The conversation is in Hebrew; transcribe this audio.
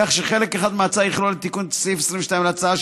כך שחלק אחד מההצעה יכלול את תיקון סעיף 22 להצעה,